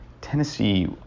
Tennessee